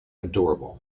adorable